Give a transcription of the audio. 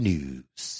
News